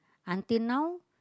until now